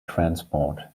transport